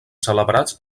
celebrats